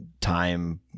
time